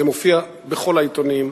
זה מופיע בכל העיתונים.